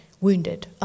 wounded